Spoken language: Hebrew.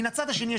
מהצד השני,